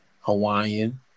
Hawaiian